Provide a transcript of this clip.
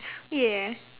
ya